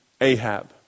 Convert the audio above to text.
Ahab